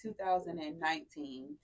2019